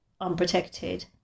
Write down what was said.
unprotected